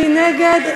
מי נגד?